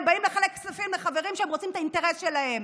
הם באים לחלק כספים לחברים שהם רוצים את האינטרס שלהם.